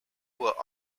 were